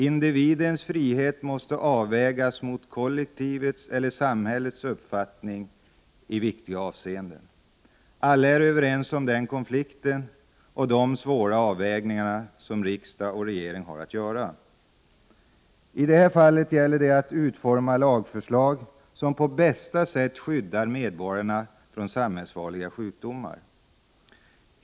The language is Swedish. Individens frihet måste avvägas mot kollektivets eller samhällets uppfattning i viktiga avseenden. Alla är överens om den konflikten och de svåra avvägningar som riksdag och regering har att göra. I det här fallet gäller det att utforma lagförslag som på bästa sätt skyddar medborgarna från samhällsfarliga sjukdomar.